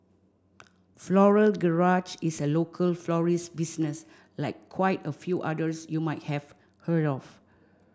Floral Garage is a local florist business like quite a few others you might have heard of